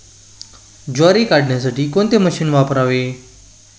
ज्वारी काढण्यासाठी कोणते मशीन वापरावे?